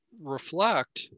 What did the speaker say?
reflect